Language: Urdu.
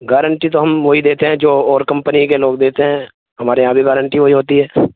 گارنٹی تو ہم وہی دیتے ہیں جو اور کمپنی کے لوگ دیتے ہیں ہمارے یہاں بھی گارنٹی وہی ہوتی ہے